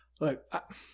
Look